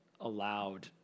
allowed